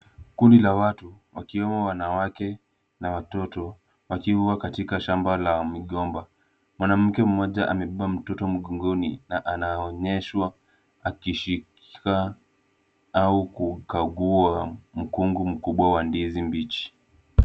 Kundi la watu wakiwemo wanawake na watoto wakiwa katika shamba la migomba. Mwanamke mmoja amebeba mtoto mgongoni na anaonyeshwa akishika au kukagua mkungu mkubwa wa ndizi mbichi.